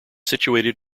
situated